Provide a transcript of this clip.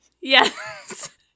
Yes